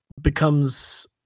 becomes